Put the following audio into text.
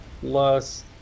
plus